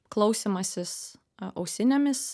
klausymasis ausinėmis